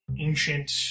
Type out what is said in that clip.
ancient